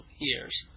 years